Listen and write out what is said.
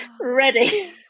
ready